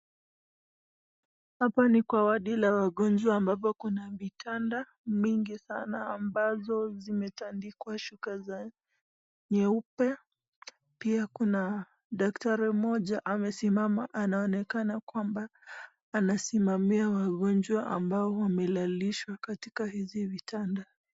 Hapa ni kwa wadi la wagonjwa ambapo kuna vitanda mingi sana ambazo zimetandikwa shuka za nyeupe. Pia kuna daktari mmoja amesimama anaonekana kwamba anasimamia wagonjwa ambao wamelalishwa katika hizi vitanda.